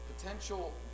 potential